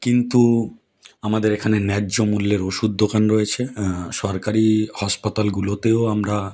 কিন্তু আমাদের এখানে ন্যায্যমূল্যের ওষুধ দোকান রয়েছে সরকারি হসপাতালগুলোতেও আমরা